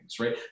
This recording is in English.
right